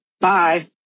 Bye